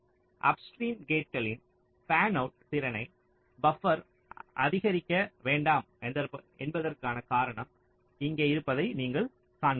upstream கேட்களின் fanout திறனை buffer அதிகரிக்க வேண்டாம் என்பதற்கான காரணம் இங்கே இருப்பதை நீங்கள் காண்கிறீர்கள்